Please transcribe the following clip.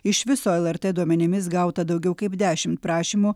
iš viso lrt duomenimis gauta daugiau kaip dešimt prašymų